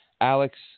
Alex